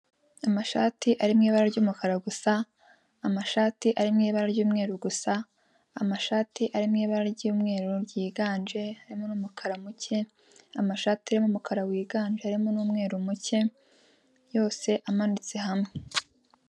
Amashati ari mu ibara ry'umukara gusa amashati ari mu ibara ry'umweru gusa n'amashati ari mu ibara ryumweru ryiganje harimo n'umukara muke amashati ari mu mukara wiganje harimo n'umweru muke yose amanitse hamwe.